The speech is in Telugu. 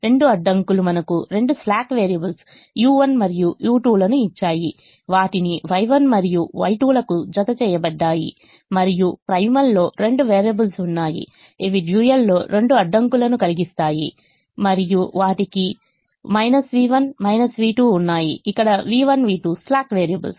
రెండు అడ్డంకులు మనకు రెండు స్లాక్ వేరియబుల్స్ u1 మరియు u2 ఇచ్చాయి వాటిని Y1 మరియు Y2 లకు జత చేయబడ్డాయి మరియు ప్రైమల్లో రెండు వేరియబుల్స్ ఉన్నాయి ఇవి డ్యూయల్లో రెండు అడ్డంకులను కలిగిస్తాయి మరియు వాటికి v1 v2 ఉన్నాయి ఇక్కడ v1 v2 స్లాక్ వేరియబుల్స్